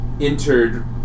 entered